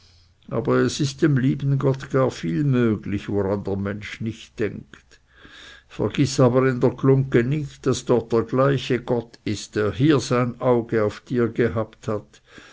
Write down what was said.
aber es ist dem lieben gott gar viel möglich woran der mensch nicht denkt vergiß aber in der glungge nicht daß dort der gleiche gott ist der hier sein auge auf dir gehabt hat